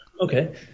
okay